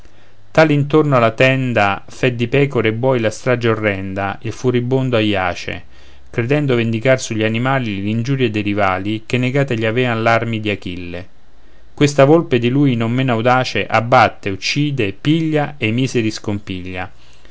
tal intorno alla tenda fe di pecore e buoi la strage orrenda il furibondo aiace credendo vendicar sugli animali l'ingiurie dei rivali che negate gli avean l'armi di achille questa volpe di lui non meno audace abbatte uccide piglia e i miseri scompiglia